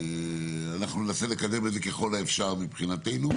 אנחנו ננסה לקדם את זה ככל האפשר מבחינתנו.